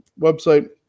website